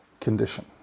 condition